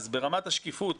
ברמת השקיפות,